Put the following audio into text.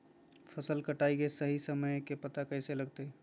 फसल कटाई के सही समय के पता कैसे लगते?